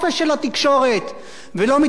ולא מתוך האינטרס הכלכלי,